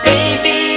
Baby